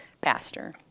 pastor